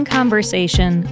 Conversation